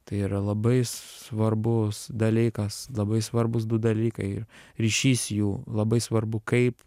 tai yra labai svarbus dalykas labai svarbūs du dalykai ryšys jų labai svarbu kaip